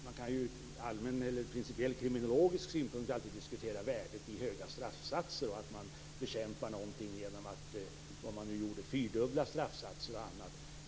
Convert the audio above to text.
Man kan alltid från principiell kriminologisk synpunkt diskutera värdet av höga straffsatser och att man bekämpar någonting genom att, som föreslogs, fyrdubbla straffsatser och annat.